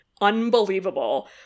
unbelievable